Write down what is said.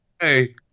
hey